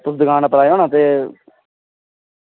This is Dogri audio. तुस दुकान उप्पर आयो ना ते